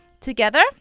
Together